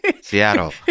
Seattle